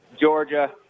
Georgia